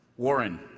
Warren